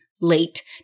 late